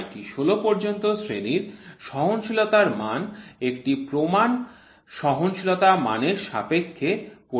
IT5 থেকে IT16 পর্যন্ত শ্রেণীর সহনশীলতার মান একটি প্রমাণ সহনশীলতার মানের সাপেক্ষে পরিমাপ করা হয়